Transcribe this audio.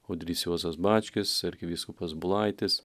audrys juozas bačkis arkivyskupas bulaitis